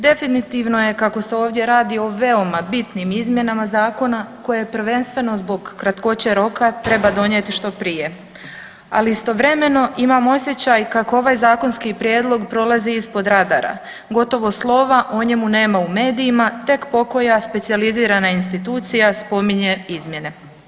Definitivno je kako se ovdje radi o veoma bitnim izmjenama zakona koje prvenstveno zbog kratkoće roka treba donijeti što prije, ali istovremeno imam osjećaj kako ovaj zakonski prijedlog prolazi ispod radara, gotovo slova o njemu nema u medijima, tek pokoja specijalizirana institucija spominje izmjene.